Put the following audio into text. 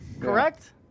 correct